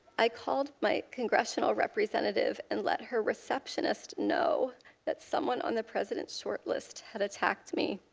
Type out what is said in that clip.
i caught my congressional representative and let her reception is no that someone on the president's shortlist had attacked me.